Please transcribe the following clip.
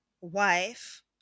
wife